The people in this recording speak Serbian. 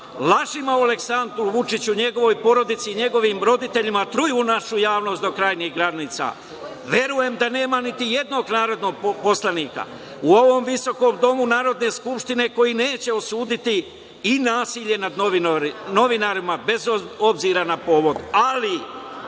lažima o Aleksandru Vučiću, njegovoj porodici i njegovim roditeljima truju našu javnost do krajnjih granica. Verujem da nema niti jednog narodnog poslanika u ovom visokom Domu Narodne skupštine koji neće osuditi i nasilje nad novinarima, bez obzira na ovo.